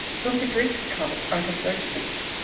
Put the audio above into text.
whom the greeks called artaxerxes.